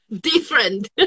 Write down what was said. different